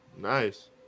Nice